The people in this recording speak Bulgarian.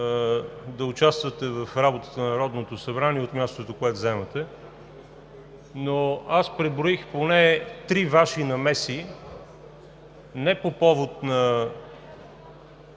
да участвате в работата на Народното събрание от мястото, което заемате. Преброих обаче поне три Ваши намеси не по повод на